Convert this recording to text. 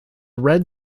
red